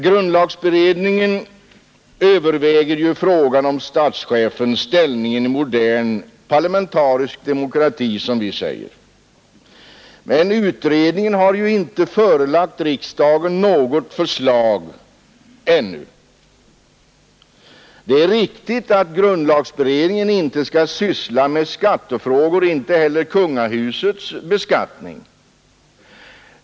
Grundlagberedningen överväger ju frågan om statschefens ställning i en modern parlamentarisk demokrati men har ännu inte förelagt riksdagen något förslag. Det är riktigt att grundlagberedningen inte skall syssla med skattefrågor, inte heller sådana som rör kungahusets beskattning.